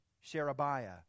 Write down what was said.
Sherebiah